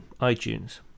iTunes